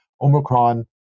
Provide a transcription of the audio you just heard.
Omicron